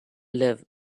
live